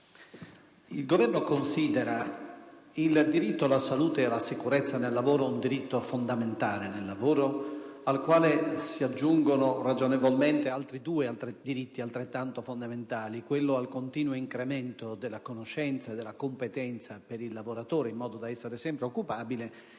il Governo considera il diritto alla salute e alla sicurezza sul lavoro un diritto fondamentale, al quale si aggiungono ragionevolmente altri due diritti altrettanto fondamentali, quello al continuo incremento della conoscenza e della competenza per il lavoratore, in modo da essere sempre occupabile,